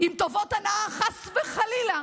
עם טובות הנאה, חס וחלילה,